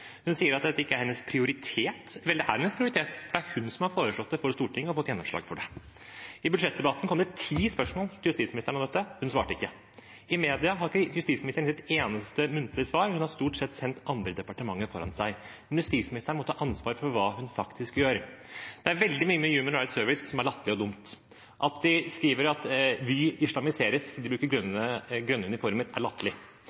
Hun sier at dette ikke er hennes prioritet. Vel, det er hennes prioritet, for det er hun som har foreslått det for Stortinget og fått gjennomslag for det. I budsjettdebatten kom det ti spørsmål til justisministeren om dette. Hun svarte ikke. I media har ikke justisministeren gitt et eneste muntlig svar; hun har stort sett sendt andre departementer foran seg. Men justisministeren må ta ansvar for hva hun faktisk gjør. Det er veldig mye med Human Rights Service som er latterlig og dumt. At de skriver at Vy islamiseres fordi de bruker